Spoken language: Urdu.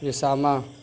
اسامہ